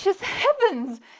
heavens